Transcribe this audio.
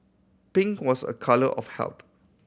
pink was a colour of health